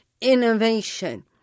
innovation